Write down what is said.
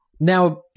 Now